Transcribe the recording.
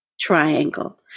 triangle